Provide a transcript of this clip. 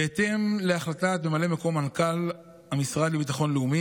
בהתאם להחלטת ממלא מקום מנכ"ל המשרד לביטחון לאומי,